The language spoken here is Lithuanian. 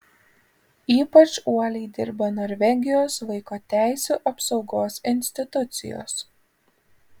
ypač uoliai dirba norvegijos vaiko teisių apsaugos institucijos